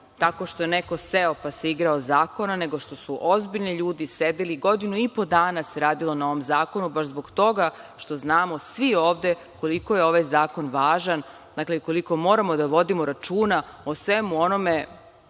tako što je neko seo pa se igrao zakona, nego što su ozbiljni ljudi sedeli, godinu i po dana se radilo na ovom zakonu, baš zbog toga što znamo svi ovde koliko je ovaj zakon važan, dakle, koliko moramo da vodimo računa o svemu onome